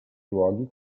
luoghi